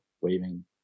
waving